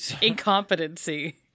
Incompetency